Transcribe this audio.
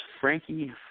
Frankie